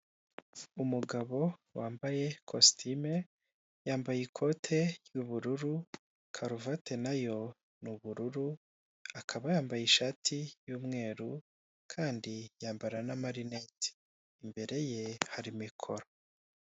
Umugabo wambaye ikositimu, yambaye ikote ry'ubururu, karuvati na yo ni ubururu, akaba yambaye ishati y'umweru kandi yambara n'amarinete, imbere ye hari mikoro.